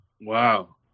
Wow